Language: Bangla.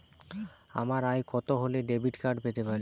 আমার আয় কত হলে ডেবিট কার্ড পেতে পারি?